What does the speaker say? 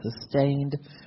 sustained